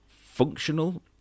functional